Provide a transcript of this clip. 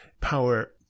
power